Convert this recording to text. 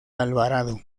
alvarado